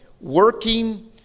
working